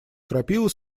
крапиву